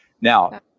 Now